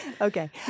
Okay